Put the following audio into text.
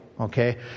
okay